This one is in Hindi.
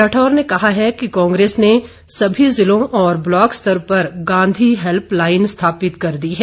राठौर ने कहा है कि कांग्रेस ने सभी जिलों और ब्लॉक स्तर पर गांधी हैल्प लाईन स्थापित कर दी है